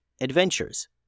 adventures